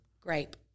Grape